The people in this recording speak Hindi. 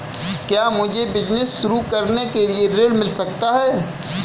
क्या मुझे बिजनेस शुरू करने के लिए ऋण मिल सकता है?